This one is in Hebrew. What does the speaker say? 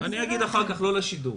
אני אגיד אחר כך, לא לשידור.